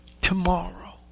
tomorrow